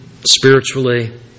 spiritually